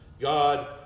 God